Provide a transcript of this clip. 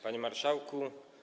Panie Marszałku!